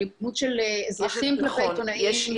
אלימות של אזרחים כלפי עיתונאים -- נכון.